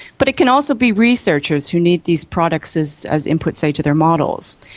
but it can also be researchers who need these products as as input, say, to their models.